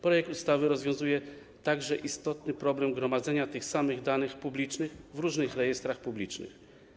Projekt ustawy rozwiązuje także istotny problem gromadzenia tych samych danych publicznych w różnych rejestrach publicznych.